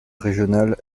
régional